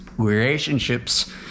Relationships